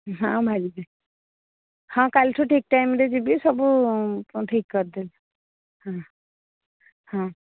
ହଁ ଭାଜିବି ହଁ କାଲିଠୁ ଠିକ ଟାଇମ୍ରେ ଯିବି ସବୁ ଠିକ କରିଦେବି ହଁ ହଁ